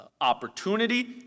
opportunity